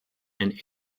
and